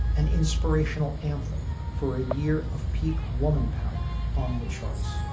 an inspirational anthem for a year of peak woman power on the charts